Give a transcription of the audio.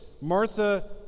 Martha